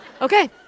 Okay